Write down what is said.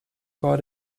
caught